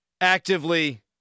actively